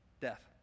death